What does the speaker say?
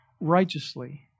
righteously